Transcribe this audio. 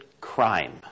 crime